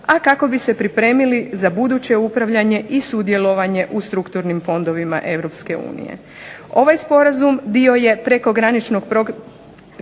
a kako bi se pripremili za buduće upravljanje i sudjelovanje u strukturnim fondovima Europske unije. Ovaj sporazum bio je prekograničnog programa